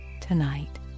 tonight